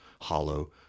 hollow